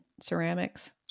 ceramics